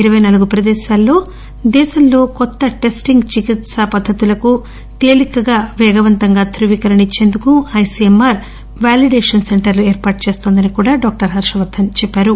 ఇరపై నాలుగు ప్రదేశాల్లో దేశంలో కొత్త టెస్టింగ్ చికిత్పా పద్దతులకు తేలికగా వేగవంతంగా ద్రువీకరణ ఇచ్చేందుకు ఐసీఎంఆర్ వాలీడేషన్ సెంటర్లు ఏర్పాటు చేస్తుందని కూడా మంత్రి చెప్పారు